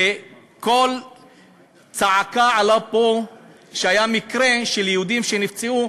וקול צעקה עלה פה כשהיה מקרה של יהודים שנפצעו,